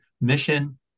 mission